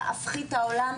תהפכי את העולם,